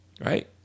right